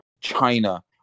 china